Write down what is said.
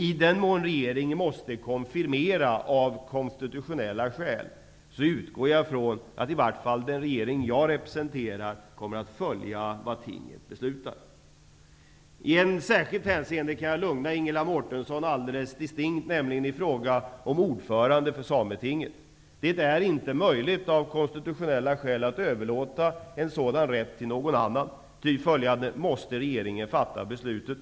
I den mån regeringen måste konfirmera, av konstitutionella skäl, utgår jag från att i varje fall den regering jag representerar kommer att följa vad tinget beslutar. I ett särskilt hänseende kan jag lugna Ingela Mårtensson distinkt, nämligen i fråga om val av ordförande för Sametinget. Det är inte möjligt, av konstitutionella skäl, att överlåta en sådan rätt till någon annan, ty då måste regeringen fatta beslutet.